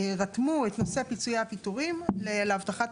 רתמו את נושא פיצויי הפיטורים להבטחת